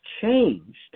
changed